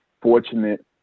fortunate